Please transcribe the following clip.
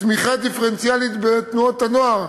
תמיכה דיפרנציאלית בתנועות הנוער,